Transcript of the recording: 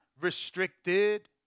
restricted